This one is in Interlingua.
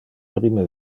prime